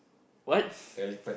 what